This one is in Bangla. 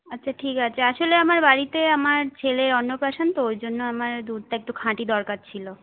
আচ্ছা ঠিক আছে আসলে আমার বাড়িতে আমার ছেলের অন্নপ্রাশন তো ওইজন্য মানে দুধটা একটু খাঁটি দরকার ছিল